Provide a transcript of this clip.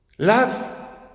love